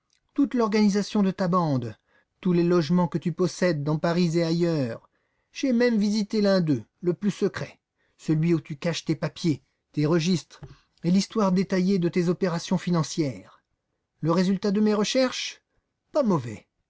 toute l'organisation de ta bande tous les logements que tu possèdes dans paris et ailleurs j'ai même visité l'un d'eux le plus secret celui où tu caches tes papiers tes registres et l'histoire détaillée de tes opérations financières le résultat de mes recherches pas mauvais